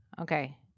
Okay